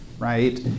Right